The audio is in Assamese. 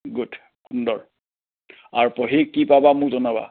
গুড সুন্দৰ আৰু পঢ়ি কি পাবা মোক জনাবা